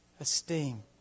esteem